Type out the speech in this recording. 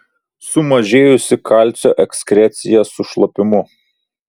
sumažėjusi kalcio ekskrecija su šlapimu